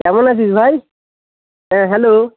কেমন আছিস ভাই হ্যাঁ হ্যালো